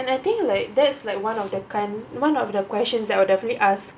and I think like that's like one of the kind one of the questions that will definitely ask